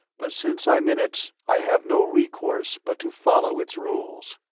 but since i'm in it i have no recourse but to follow its rules.